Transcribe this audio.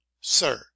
sir